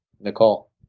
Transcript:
Nicole